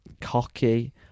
cocky